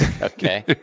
Okay